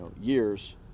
years